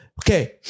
okay